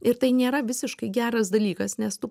ir tai nėra visiškai geras dalykas nes tu